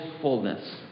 fullness